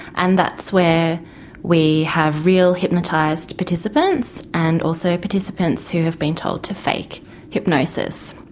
and that's where we have real hypnotised participants and also participants who have been told to fake hypnosis.